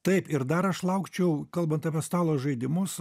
taip ir dar aš laukčiau kalbant apie stalo žaidimus